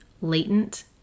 latent